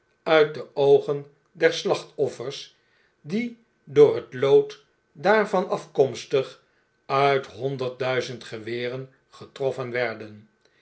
uit de oogen der slachtoflfers die door het lood daarvan afkomstig uit honderd duizend geweren getroffen werden